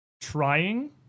trying